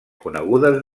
conegudes